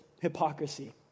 hypocrisy